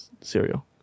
Cereal